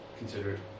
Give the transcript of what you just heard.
considered